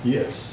Yes